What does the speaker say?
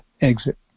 exit